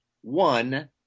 one